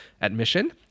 admission